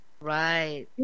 Right